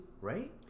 right